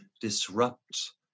disrupt